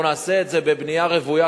אנחנו נעשה את זה בבנייה רוויה,